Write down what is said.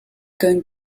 going